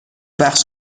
بخش